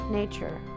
nature